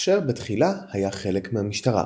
אשר בתחילה היה חלק מהמשטרה.